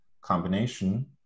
combination